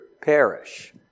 perish